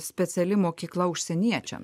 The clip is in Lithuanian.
speciali mokykla užsieniečiams